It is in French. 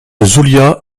zulia